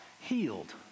healed